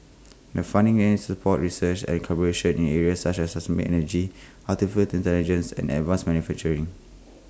the funding aims to support research and collaboration in areas such as sustainable energy Artificial Intelligence and advanced manufacturing